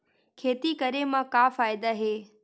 खेती करे म का फ़ायदा हे?